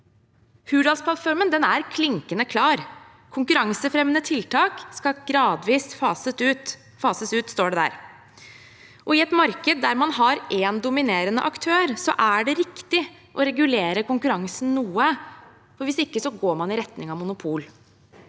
Hurdalsplattformen er klinkende klar: Konkurransefremmende tiltak skal gradvis fases ut. I et marked der man har én dominerende aktør, er det riktig å regulere konkurransen noe, for hvis ikke går man i retning av monopol.